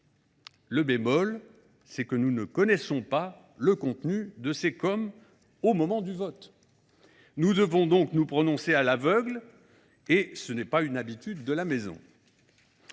Un bémol toutefois : nous ne connaissons pas le contenu de ces COM au moment du vote. Nous devons donc nous prononcer à l’aveugle. Ce n’est pas dans les habitudes de la maison